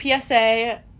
PSA